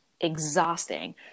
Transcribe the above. exhausting